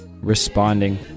responding